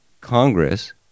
Congress